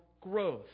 growth